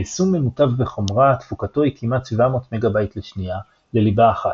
ביישום ממוטב בחומרה תפוקתו היא כמעט 700 MB לשנייה לליבה אחת.